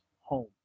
home